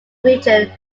region